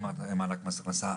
מס הכנסה.